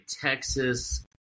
Texas